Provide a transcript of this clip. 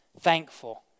thankful